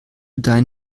deinen